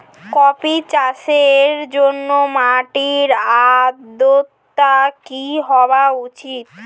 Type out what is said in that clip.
Coffee চাষের জন্য মাটির আর্দ্রতা কি হওয়া উচিৎ?